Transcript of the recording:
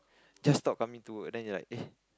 just stop coming to work then you like eh